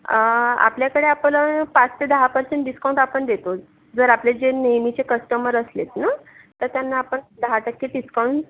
आपल्याकडे आपण पाच ते दहा पर्सेंट डिस्काउंट आपण देतो जर आपले जे नेहमीचे कस्टमर असले ना तर त्यांना आपण दहा टक्के डिस्काउंट